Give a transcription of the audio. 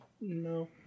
no